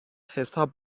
حساب